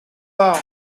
pas